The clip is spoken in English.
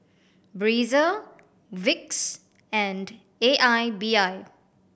Breezer Vicks and A I B I